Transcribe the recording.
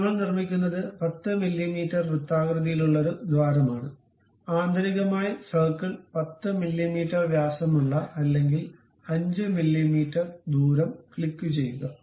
അതിനാൽ നമ്മൾ നിർമ്മിക്കുന്നത് 10 മില്ലീമീറ്റർ വൃത്താകൃതിയിലുള്ള ഒരു ദ്വാരമാണ് ആന്തരികമായി സർക്കിൾ 10 മില്ലീമീറ്റർ വ്യാസമുള്ള അല്ലെങ്കിൽ 5 മില്ലീമീറ്റർ ദൂരം ക്ലിക്കുചെയ്യുക